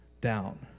down